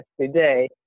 today